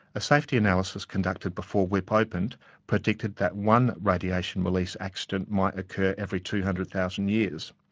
a safety analysis conducted before wipp opened predicted that one radiation release accident might occur every two hundred thousand years.